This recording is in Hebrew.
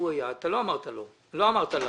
לא אמרת לה.